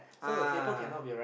ah